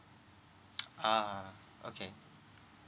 ah okay